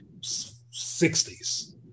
60s